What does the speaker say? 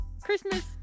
christmas